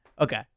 Okay